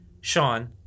Sean